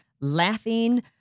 laughing